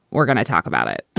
we're going to talk about it